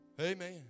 Amen